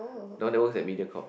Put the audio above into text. the one that works at Mediacorp